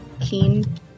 Keen